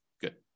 Good